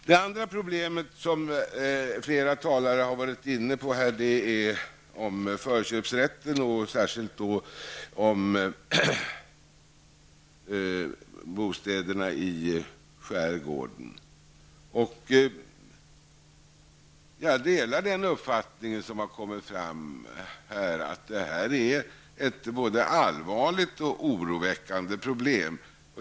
Det andra problemet som flera talare här har berört är frågan om förköpsrätten och särskilt då gällande bostäderna i skärgården. Jag delar den uppfattning som här har kommit fram, nämligen att detta är ett både allvarligt och oroväckande problem.